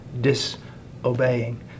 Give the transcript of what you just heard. disobeying